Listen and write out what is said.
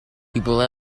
people